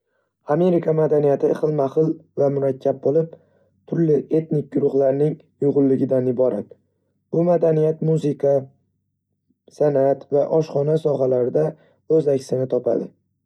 Amerika madaniyati xilma-xil va murakkab bo'lib, turli etnik guruhlarning uyg'unligidan iborat. Bu madaniyat musiqa, san'at va oshxona sohalarida o'z aksini topadi.